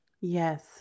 Yes